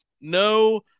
No